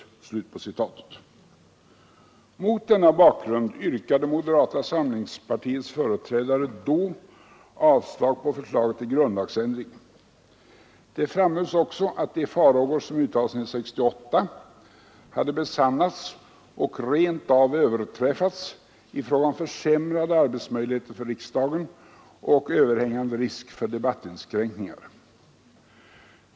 Mot denna bakgrund yrkade moderata samlingspartiets företrädare då avslag på förslaget till grundlagsändring. Det framhölls också att de farhågor som uttalats 1968 hade besannats och rent av överträffats i vad avser försämrade arbetsmöjligheter för riksdagen och överhängande risk för debattinskränkningar.